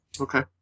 Okay